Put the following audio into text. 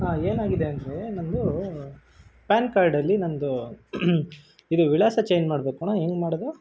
ಹಾಂ ಏನಾಗಿದೆ ಅಂದರೆ ನನ್ನದು ಪ್ಯಾನ್ ಕಾರ್ಡಲ್ಲಿ ನನ್ನದು ಇದು ವಿಳಾಸ ಚೇಂಜ್ ಮಾಡ್ಬೇಕು ಕಣೋ ಹೆಂಗೆ ಮಾಡೋದು